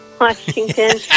Washington